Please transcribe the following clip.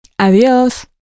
Adiós